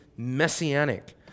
messianic